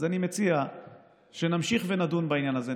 אז אני מציע שנמשיך ונדון בעניין הזה.